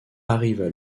arriva